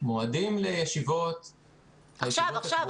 מועדים לישיבות -- עכשיו, עכשיו.